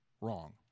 wrong